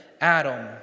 Adam